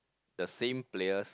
the same players